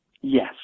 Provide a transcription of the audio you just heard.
Yes